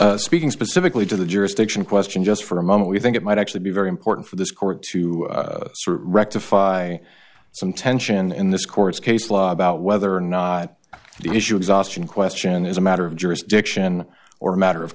i'm speaking specifically to the jurisdiction question just for a moment we think it might actually be very important for this court to rectify some tension in this court's case law about whether or not the issue exhaustion question is a matter of jurisdiction or a matter of